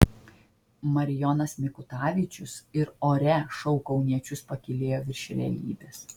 marijonas mikutavičius ir ore šou kauniečius pakylėjo virš realybės